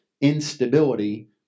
instability